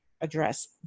address